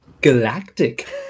galactic